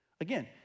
Again